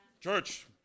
church